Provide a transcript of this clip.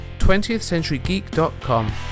20thCenturyGeek.com